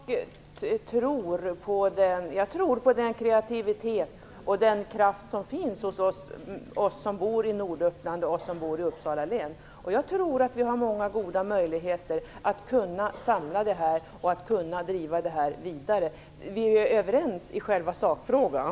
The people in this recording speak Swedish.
Herr talman! Jag tror på den kreativitet och den kraft som finns hos oss som bor i Norduppland och i Uppsala län. Jag tror att vi har många goda möjligheter att samordna arbetet och driva det vidare. Vi är överens i själva sakfrågan